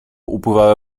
upływały